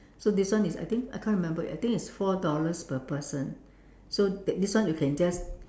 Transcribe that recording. so this one is I think I can't remember I think it's four dollars per person so this one you can just